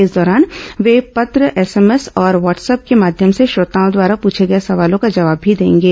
इस दौरान वे पत्र एसएमएस और व्हाट्सअप के माध्यम से श्रोताओं द्वारा प्रछे गए सवालों का जवाब भी देंगे